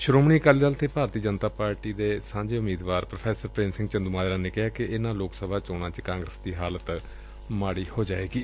ਸ਼ੋਮਣੀ ਅਕਾਲੀ ਦਲ ਅਤੇ ਭਾਰਤੀ ਜਨਤਾ ਪਾਰਟੀ ਦੇ ਸਾਂਝੇ ਉਮੀਦਵਾਰ ਪ੍ਰੋ ਪ੍ਰੇਮ ਸੰਘ ਚੰਦੂਮਾਜਰਾ ਨੇ ਕਿਹਾ ਕਿ ਇਨੂਾਂ ਲੋਕ ਸਭਾ ਚੋਣਾਂ ਵਿਚ ਕਾਂਗਰਸ ਦੀ ਹਾਲਤ ਮਾਡੀ ਹੋ ਜਾਵੇਗੀ